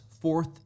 fourth